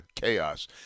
chaos